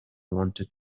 wanted